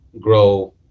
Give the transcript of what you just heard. grow